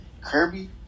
Kirby